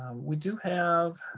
we do have,